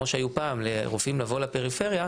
כמו שהיו פעם לרופאים לבוא לפריפריה.